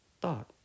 thought